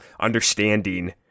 understanding